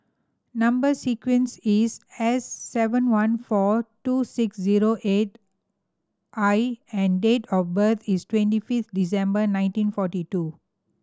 number sequence is S seven one four two six zero eight I and date of birth is twenty fifth December nineteen forty two